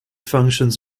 functions